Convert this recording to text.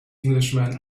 englishman